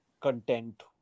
content